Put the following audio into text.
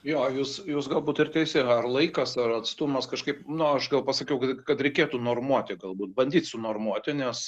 jo jūs jūs galbūt ir teisi ar laikas ar atstumas kažkaip nu aš gal pasakiau kad reikėtų normuoti galbūt bandyt sunormuoti nes